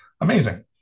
amazing